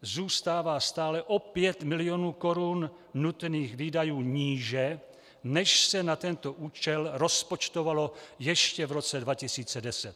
Zůstává stále o 5 mil. korun nutných výdajů níže, než se na tento účel rozpočtovalo ještě v roce 2010.